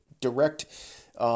direct